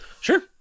Sure